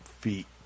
feet